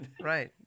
right